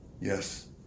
Yes